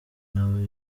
nawe